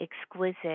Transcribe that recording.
exquisite